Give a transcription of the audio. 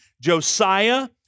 Josiah